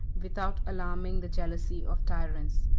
without alarming the jealousy of tyrants.